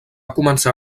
començar